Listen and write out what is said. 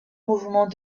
mouvements